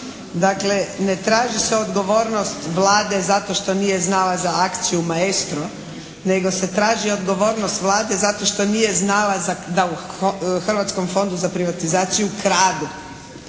Dakle, ne traži se odgovornost Vlade zato što nije znala za akciju “Maestro“ nego se traži odgovornost Vlade zato što nije znala da u Hrvatskom fondu za privatizaciju kradu.